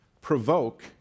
provoke